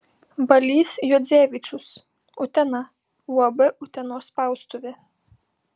balys juodzevičius utena uab utenos spaustuvė